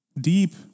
deep